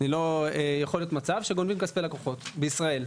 יכול להיות מצב שגונבים את כספי הלקוחות בישראל.